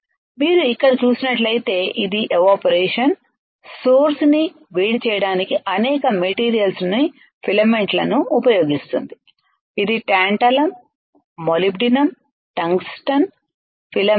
మీరు ఇక్కడ చూసినట్లైతే ఇది ఎవాపరేషన్ సోర్స్ ని వేడి చేయడానికి అనేక మెటీరియల్స్ ను ఫిలమెంట్లను ఉపయోగిస్తుంది ఇది టాంటాలమ్ మాలిబ్డినం టంగ్స్టన్ ఫిలమెంట్స్